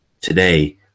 today